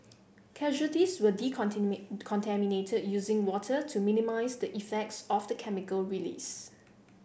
casualties were decontaminated using water to minimise the effects of the chemical release